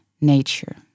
nature